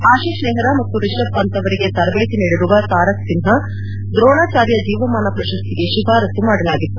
ಆಶಿತ್ ನೆಪ್ರಾ ಮತ್ತು ರಿಷಭ್ ಪಂತ್ ಅವರಿಗೆ ತರಬೇತಿ ನೀಡಿರುವ ತಾರಕ್ ಸಿನ್ಹಾ ಅವರನ್ನು ದ್ರೋಣಾಚಾರ್ಯ ಜೀವಮಾನ ಪ್ರಶಸ್ತಿಗೆ ಶಿಫಾರಸ್ನು ಮಾಡಲಾಗಿತ್ತು